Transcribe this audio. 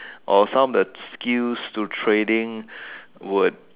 or some of the skills to trading would